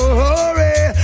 hurry